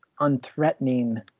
unthreatening